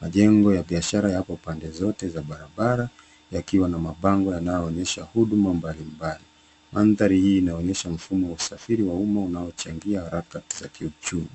Majengo ya biashara yako pande zote ya barabara yakiwa na mabango yanayoonyesha huduma mbalimbali. Mandhari hii inaonyesha mfumo wa usafiri wa umma unaochangia harakati za kiuchumi.